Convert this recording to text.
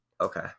Okay